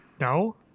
No